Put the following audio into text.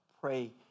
pray